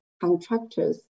contractors